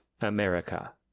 America